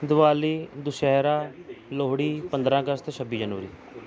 ਦਿਵਾਲੀ ਦੁਸਹਿਰਾ ਲੋਹੜੀ ਪੰਦਰ੍ਹਾਂ ਅਗਸਤ ਛੱਬੀ ਜਨਵਰੀ